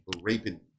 raping